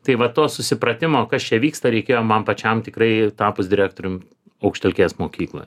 tai vat to susipratimo kas čia vyksta reikėjo man pačiam tikrai tapus direktorium aukštelkės mokykloje